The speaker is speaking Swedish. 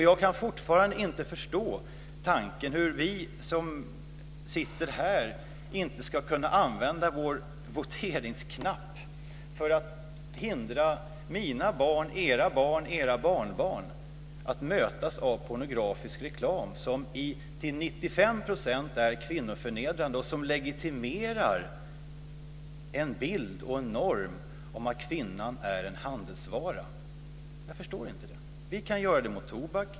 Jag kan fortfarande inte förstå tanken att vi som sitter här inte ska kunna använda vår voteringsknapp för att hindra att mina barn, era barn, era barbarn möts av pornografisk reklam som till 95 % är kvinnoförnedrande och som legitimerar en bild av och en norm om att kvinnan är en handelsvara. Jag förstår inte det. Vi kan göra det i fråga om tobak.